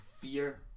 fear